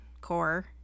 core